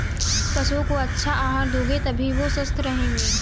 पशुओं को अच्छा आहार दोगे तभी वो स्वस्थ रहेंगे